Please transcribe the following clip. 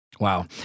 Wow